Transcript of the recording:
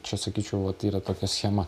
čia sakyčiau vat yra tokia schema